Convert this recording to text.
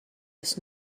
his